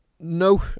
No